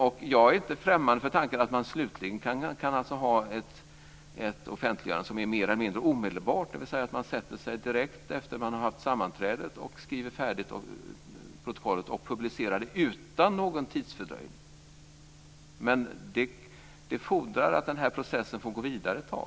Och jag är inte främmande för tanken att man slutligen kan ha ett offentliggörande som är mer eller mindre omedelbart, dvs. att man sätter sig direkt efter att man har haft sammanträdet och skriver färdigt protokollet och publicerar det utan någon tidsfördröjning. Men det fordrar att denna process får gå vidare ett tag.